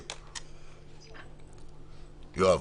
בבקשה, יואב.